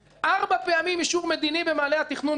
ארבע פעמים אישור מדיני במעלה התכנון ומטה